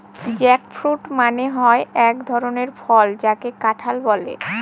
jackfruit মানে হয় এক ধরনের ফল যাকে কাঁঠাল বলে